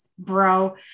bro